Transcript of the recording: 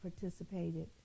participated